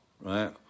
right